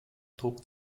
druck